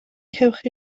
cewch